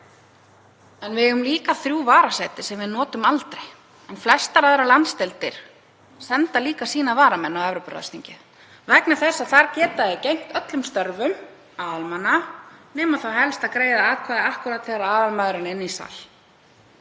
En við eigum líka þrjú varasæti sem við notum aldrei. Flestar aðrar landsdeildir senda líka varamenn sína á Evrópuráðsþingið vegna þess að þar geta þeir gegnt öllum störfum aðalmanna nema þá helst að greiða atkvæði akkúrat þegar aðalmaðurinn er inni í sal.